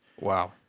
Wow